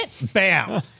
Bam